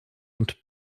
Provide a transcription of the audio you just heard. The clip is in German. und